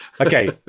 okay